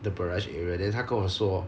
the barrage area then 他跟我说